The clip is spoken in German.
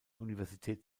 universität